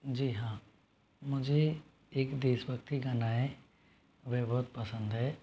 जी हाँ मुझे एक देशभक्ती गाना है वह बहुत पसंद है